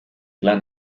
tle